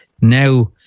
Now